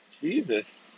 Jesus